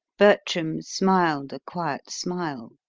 bertram smiled a quiet smile.